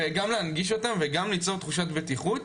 וגם להנגיש אותם וגם ליצור תחושת בטיחות